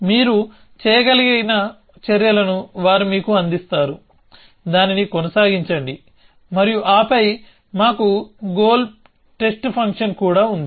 మీరు చేయగలిగిన చర్యలను వారు మీకు అందిస్తారు దానిని కొనసాగించండి మరియు ఆపై మాకు గోల్ టెస్ట్ ఫంక్షన్ కూడా ఉంది